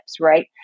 right